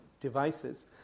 devices